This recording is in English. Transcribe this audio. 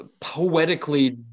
poetically